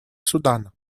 судана